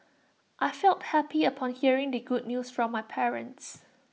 I felt happy upon hearing the good news from my parents